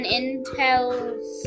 intels